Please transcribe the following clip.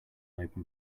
open